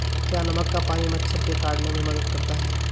क्या नमक का पानी मच्छर के काटने में मदद करता है?